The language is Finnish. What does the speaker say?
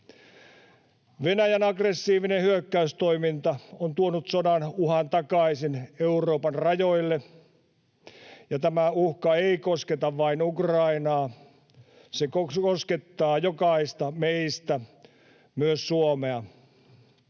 Venäjän aggressiivinen hyökkäystoiminta on tuonut sodan uhan takaisin Euroopan rajoille, ja tämä uhka ei kosketa vain Ukrainaa, se koskettaa jokaista meistä, myös Suomea.